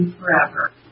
forever